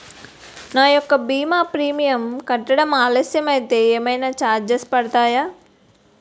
నా యెక్క భీమా ప్రీమియం కట్టడం ఆలస్యం అయితే ఏమైనా చార్జెస్ పడతాయా?